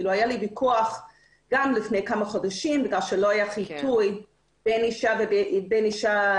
היה לי ויכוח לפני כמה חודשים כי לא היה חיטוי ולא הייתה הרשמה מראש,